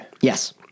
yes